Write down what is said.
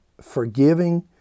forgiving